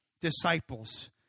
disciples